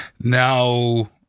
Now